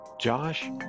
Josh